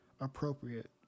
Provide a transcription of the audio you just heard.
appropriate